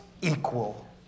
equal